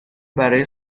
برای